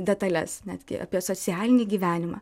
detales netgi apie socialinį gyvenimą